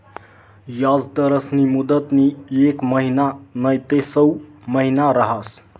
याजदरस्नी मुदतनी येक महिना नैते सऊ महिना रहास